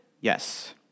Yes